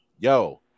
yo